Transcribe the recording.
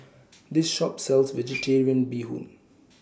This Shop sells Vegetarian Bee Hoon